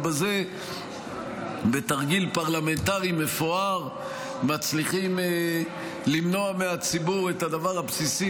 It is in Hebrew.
ובזה בתרגיל פרלמנטרי מפואר מצליחים למנוע מהציבור את הדבר הבסיסי